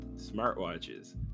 smartwatches